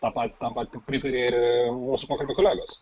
tą patį tą patį pritarė ir mūsų pokalbio kolegos